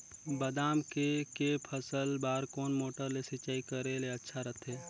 बादाम के के फसल बार कोन मोटर ले सिंचाई करे ले अच्छा रथे?